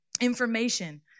Information